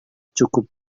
cukup